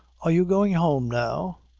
are you goin' home, now?